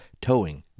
towing